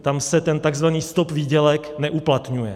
Tam se ten takzvaný stop výdělek neuplatňuje.